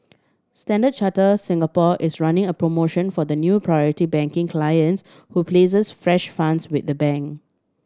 Standard Charter Singapore is running a promotion for the new Priority Banking clients who places fresh funds with the bank